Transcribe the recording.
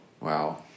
Wow